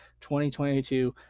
2022